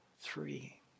three